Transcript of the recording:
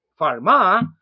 pharma